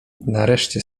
nareszcie